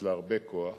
יש לה הרבה כוח,